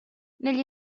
negli